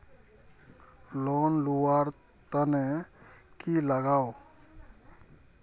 Loan लुवा र तने की लगाव?